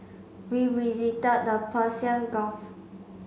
we visited the Persian Gulf